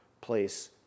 place